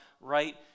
right